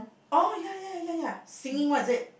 oh ya ya ya ya ya singing one is it